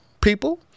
people